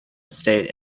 state